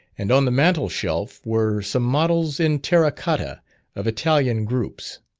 and on the mantle-shelf were some models in terra cottia of italian groups.